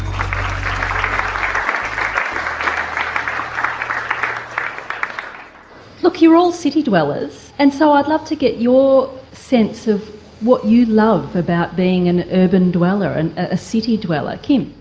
um look you're all city dwellers and so i'd love to get your sense of what you love about being an urban and ah city dweller. kim.